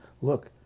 Look